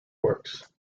works